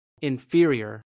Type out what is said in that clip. inferior